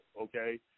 okay